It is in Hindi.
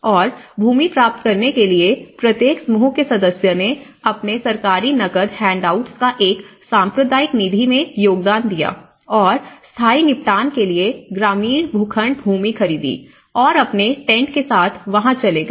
और भूमि प्राप्त करने के लिए प्रत्येक समूह के सदस्य ने अपने सरकारी नकद हैंडआउट्स का एक सांप्रदायिक निधि में योगदान दिया और स्थायी निपटान के लिए ग्रामीण भूखंड भूमि खरीदी और अपने टेंट के साथ वहां चले गए